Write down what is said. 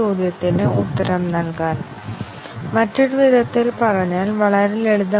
അതിനാൽ ഉപസംബന്ധ ബന്ധത്തെക്കുറിച്ച് നമുക്ക് എന്ത് പറയാൻ കഴിയും